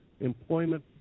Employment